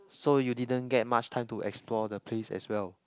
so you didn't get much time to explore the place as well